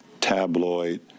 tabloid